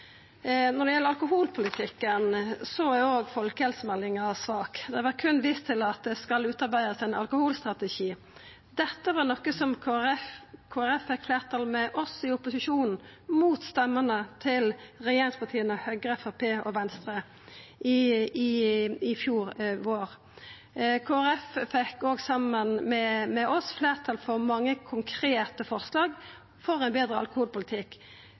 Når det gjeld alkoholpolitikken, er òg folkehelsemeldinga svak. Det vert berre vist til at det skal utarbeidast ein alkoholstrategi. Det var noko som Kristeleg Folkeparti fekk fleirtal for saman med oss i opposisjonen, mot røystene til regjeringspartia Høgre, Framstegspartiet og Venstre i fjor vår. Kristeleg Folkeparti fekk òg saman med oss fleirtal for mange konkrete forslag for ein betre alkoholpolitikk,